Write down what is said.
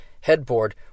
headboard